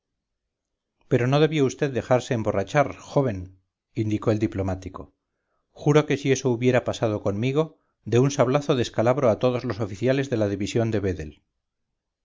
pero no debió vd dejarse emborrachar joven indicó el diplomático juro que si eso hubiera pasado conmigo de un sablazo descalabro a todos los oficiales de la división de vedel